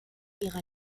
ihrer